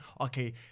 Okay